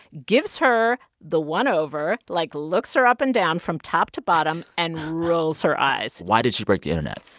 gives her the one-over like, looks her up and down from top to bottom and rolls her eyes why did she break the internet?